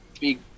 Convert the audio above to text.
big